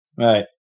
Right